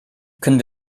können